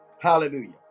Hallelujah